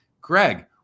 Greg